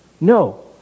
No